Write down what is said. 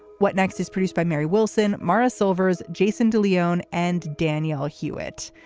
what next is produced by mary wilson, martha silvers, jason de leon and danielle hewitt.